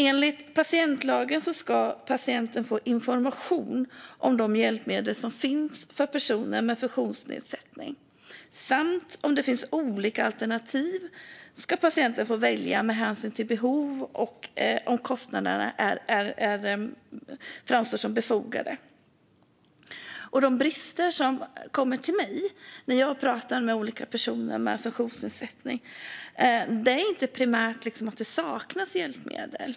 Enligt patientlagen ska patienten få information om de hjälpmedel som finns för personer med funktionsnedsättning. Om det finns olika alternativ ska patienten få välja med hänsyn till behov och om kostnaderna framstår som befogade. När jag pratar med olika personer med funktionsnedsättning är de brister de tar upp inte primärt att det saknas hjälpmedel.